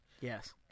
Yes